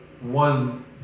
one